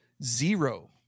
Zero